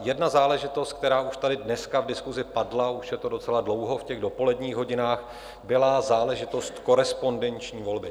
Jedna záležitost, která už tady dneska v diskusi padla, už je to docela dlouho, v dopoledních hodinách, byla záležitost korespondenční volby.